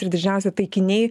ir didžiausia taikiniai